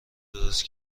درست